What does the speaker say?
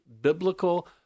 biblical